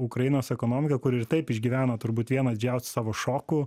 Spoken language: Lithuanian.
ukrainos ekonomika kuri ir taip išgyveno turbūt vieną didžiausių savo šokų